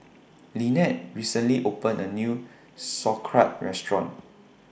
Lynette recently opened A New Sauerkraut Restaurant